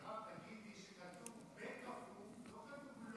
מירב, תגידי שכתוב: בכפוף, לא כתוב: